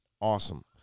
Awesome